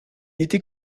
était